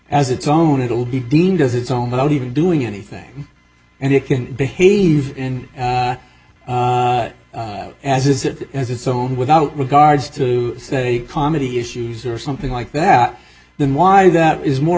as its own it'll be deemed as its own without even doing anything and it can behave in as it as its own without regards to say comedy issues or something like that then why that is more